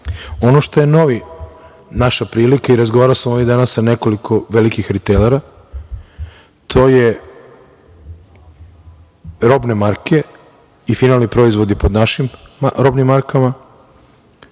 što je nova naša prilika, i razgovarao sam ovih dana sa nekoliko velikih ritejlera, to su robne marke i finalni proizvodi pod našim robnim markama